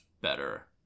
better